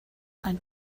ein